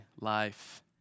life